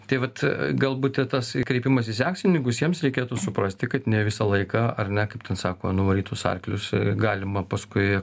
tai vat galbūt ir tas kreipimasis į akcininkus jiems reikėtų suprasti kad ne visą laiką ar ne kaip ten sako nuvarytus arklius galima paskui